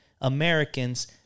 Americans